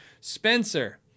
Spencer